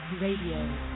Radio